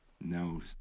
no